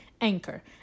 Anchor